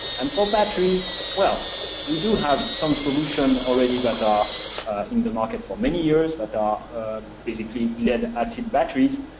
and for batteries, well, we do have some solution already that are in the market for many years that are basically led acid batteries,